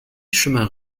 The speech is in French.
chemins